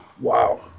Wow